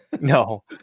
no